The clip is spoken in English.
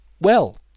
Well